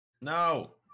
No